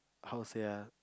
how say ah